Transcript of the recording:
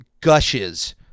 gushes